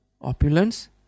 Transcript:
Opulence